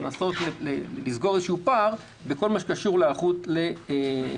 לנסות לסגור פער בכל הקשור לחירום.